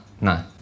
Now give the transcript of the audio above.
No